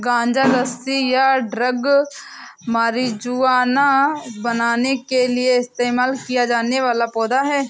गांजा रस्सी या ड्रग मारिजुआना बनाने के लिए इस्तेमाल किया जाने वाला पौधा है